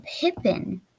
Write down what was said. Pippin